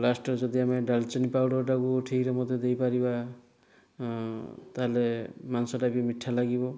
ଲାଷ୍ଟରେ ଯଦି ଆମେ ଡାଲଚିନି ପାଉଡ଼ରଟାକୁ ଠିକ୍ରେ ମଧ୍ୟ ଦେଇପାରିବା ତାହେଲେ ମାଂସଟା ବି ମିଠା ଲାଗିବ